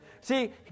See